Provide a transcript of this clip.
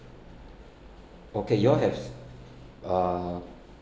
okay you all have uh